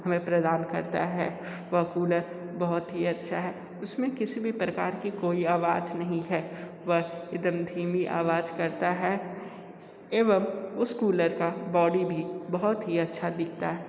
हमें प्रदान करता है वह कूलर बहुत ही अच्छा है उसमें किसी भी प्रकार की कोई आवाज़ नहीं है वह एकदम धीमी आवाज़ करता है एवं उस कूलर का बॉडी भी बहुत ही अच्छा दिखता है